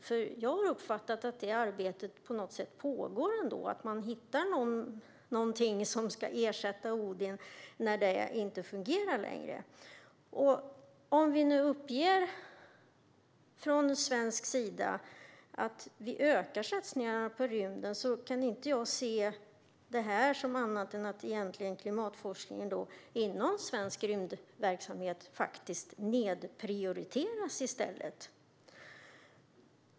Jag har uppfattat att det på något sätt pågår ett arbete med att hitta någonting som ska ersätta Odin när det inte längre fungerar. Nu uppges från svensk sida att vi ökar satsningarna på rymden, men jag kan inte se det som annat än att klimatforskningen inom svensk rymdverksamhet egentligen faktiskt nedprioriteras i stället.